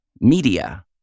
media